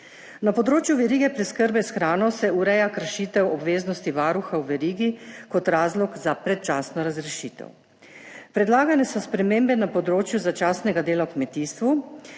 na področju verige preskrbe s hrano se ureja kršitev obveznosti varuha v verigi kot razlog za predčasno razrešitev. predlagane so spremembe na področju začasnega dela v kmetijstvu.